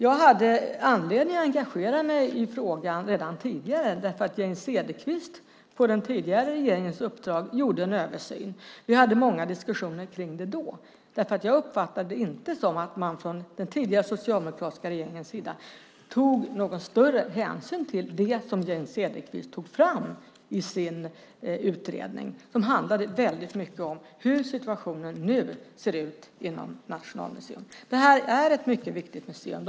Jag hade anledning att engagera mig i frågan redan tidigare eftersom Jane Cederqvist på den tidigare regeringens uppdrag gjorde en översyn. Vi hade många diskussioner om det då. Jag uppfattade det inte som att man från den tidigare socialdemokratiska regeringen tog någon större hänsyn till det som Jane Cederqvist tog fram i sin utredning. Det handlade väldigt mycket om hur situationen nu ser ut inom Nationalmuseum. Det är ett mycket viktigt museum.